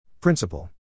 Principle